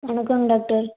வணக்கம் டாக்டர்